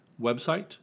website